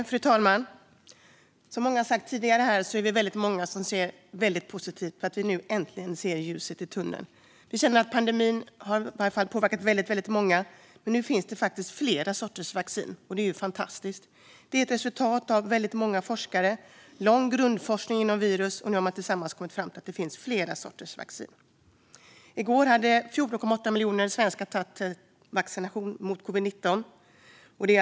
Fru talman! Som många har sagt tidigare är vi många som ser väldigt positivt på att vi nu äntligen ser ljuset i tunneln. Vi känner att pandemin har påverkat väldigt många, men nu finns det faktiskt flera sorters vaccin. Det är fantastiskt. Detta är ett resultat av väldigt många forskare och långvarig grundforskning om virus. Nu har forskarna tillsammans kommit fram till en punkt där det finns flera sorters vaccin. I går hade 14,8 miljoner doser vaccin mot covid-19 tagits i Sverige.